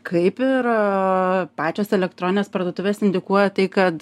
kaip ir pačios elektroninės parduotuvės indikuoja tai kad